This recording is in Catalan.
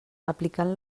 aplicant